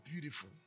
beautiful